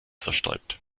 zerstäubt